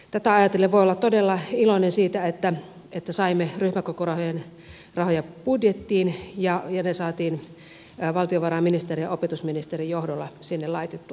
tätä ajatellen voi olla todella iloinen siitä että saimme ryhmäkokorahoja budjettiin ja että ne saatiin valtiovarainministerin ja opetusministerin johdolla sinne laitettua